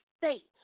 state